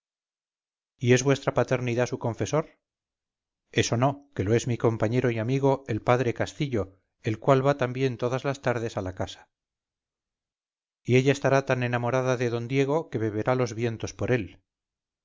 y es vuestra paternidad su confesor eso no que lo es mi compañero y amigo el padre castillo el cual va también todas las tardes a la casa y ella estará tan enamorada de d diego que beberá los vientos por él